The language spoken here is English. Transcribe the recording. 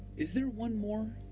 is there one more.